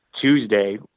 Tuesday